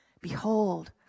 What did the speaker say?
behold